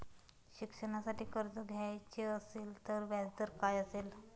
शिक्षणासाठी कर्ज घ्यायचे असेल तर व्याजदर काय असेल?